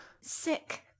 sick